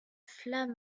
flamme